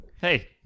Hey